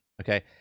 Okay